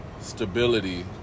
stability